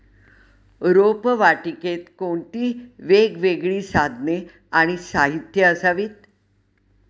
रोपवाटिकेत कोणती वेगवेगळी साधने आणि साहित्य असावीत?